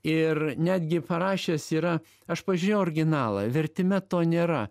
ir netgi parašęs yra aš pažiūrėjau originalą vertime to nėra